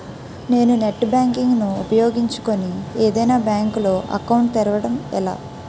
నేను net banking ను ఉపయోగించుకుని ఏదైనా బ్యాంక్ లో అకౌంట్ తెరవడం ఎలా?